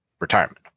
retirement